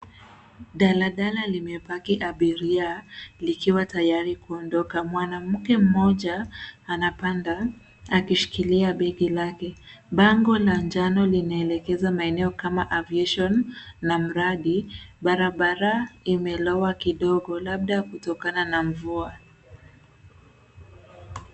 Daladala limepaki abiria likiwa tayari kuondoka. Mwanamke mmoja anapanda akishikilia begi lake. Bango la njano linaelekeza maeneo kama aviation na mradi. Barabara imelowa kidogo labda kutokana na mvua.